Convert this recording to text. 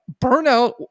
burnout